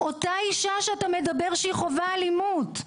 אותה אישה שאתה מדבר עליה שחווה אלימות,